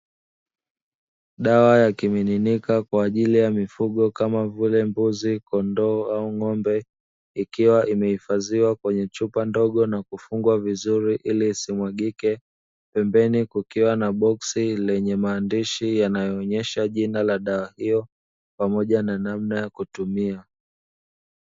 Dawa ya kimiminika kwa ajili ya mifugo kama vile mbuzi kondoo au ng'ombe ikiwa imehifadhiwa kwenye chupa ndogo na kufungwa vizuri ili isimwagike, pembeni kukiwa na boksi lenye maandishi yanayoonyesha jina la dawa hiyo pamoja na namna ya kutumia.